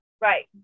right